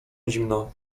zimno